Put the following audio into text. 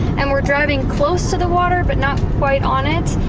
and we're driving close to the water but not quite on it.